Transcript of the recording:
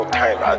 time